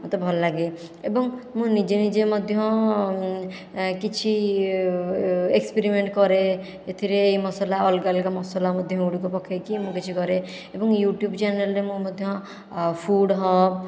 ମୋତେ ଭଲ ଲାଗେ ଏବଂ ମୁଁ ନିଜେ ନିଜେ ମଧ୍ୟ କିଛି ଏକ୍ସପେରିମେଣ୍ଟ କରେ ଏଥିରେ ମସଲା ଅଲଗା ଅଲଗା ମସଲା ମଧ୍ୟ ଗୁଡ଼ିକ ପକାଇକି ମୁଁ କିଛି କରେ ଏବଂ ୟୁଟ୍ୟୁବ ଚ୍ୟାନେଲରେ ମୁଁ ମଧ୍ୟ ଫୁଡ଼୍ ହବ୍